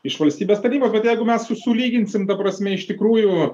iš valstybės tarnybos bet jeigu mes su sulyginsim ta prasme iš tikrųjų